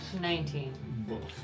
Nineteen